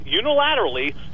unilaterally